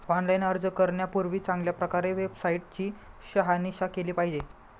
online अर्ज करण्यापूर्वी चांगल्या प्रकारे वेबसाईट ची शहानिशा केली पाहिजे